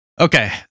Okay